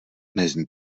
nezní